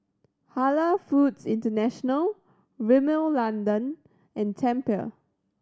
Halal Foods International Rimmel London and Tempur